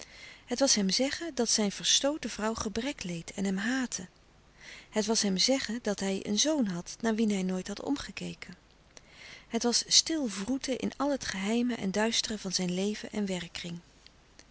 het was hem zeggen dat zijn verstooten vrouw gebrek leed en hem haatte het was hem zeggen dat hij een zoon had naar wien hij nooit had omgekeken het was stil wroeten in al het geheime en duistere van zijn leven en werkkring